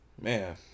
Man